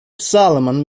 solomon